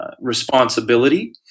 responsibility